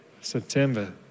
September